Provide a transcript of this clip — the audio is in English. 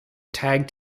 tag